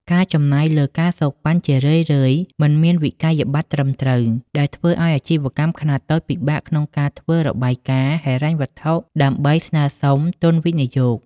ការចំណាយលើ ការសូកប៉ាន់ ជារឿយៗមិនមានវិក្កយបត្រត្រឹមត្រូវ ដែលធ្វើឱ្យអាជីវកម្មខ្នាតតូចពិបាកក្នុងការធ្វើរបាយការណ៍ហិរញ្ញវត្ថុដើម្បីស្នើសុំទុនវិនិយោគ។